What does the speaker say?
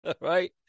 right